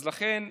אז לכן,